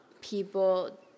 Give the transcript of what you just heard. people